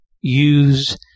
use